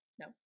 no